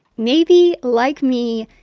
maybe, like me,